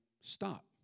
stop